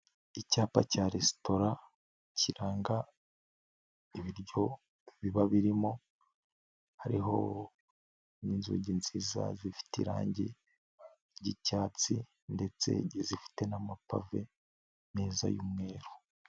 Icyapa cya resitora kiranga ibiryo biba birimo, hariho n'inzugi nziza zifite irangi ry’icyatsi, ndetse zifite n'amapave meza y'umweru.